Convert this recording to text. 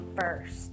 first